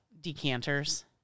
decanters